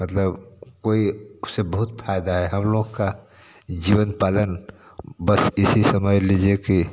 मतलब कोई उससे बहुत फ़ायदा है हम लोग का जीवन पालन बस इसे ही समझ लीजिए कि